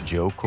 Joe